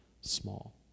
small